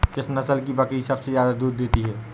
किस नस्ल की बकरी सबसे ज्यादा दूध देती है?